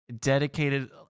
Dedicated